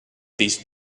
this